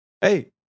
Hey